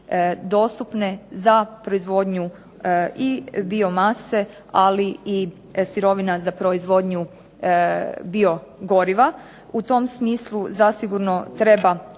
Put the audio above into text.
dostupne za proizvodnju i biomase ali i sirovina za proizvodnju biogoriva. U tom smislu zasigurno treba